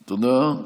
תודה.